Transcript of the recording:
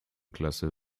klasse